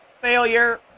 Failure